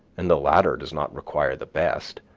and the latter does not require the best,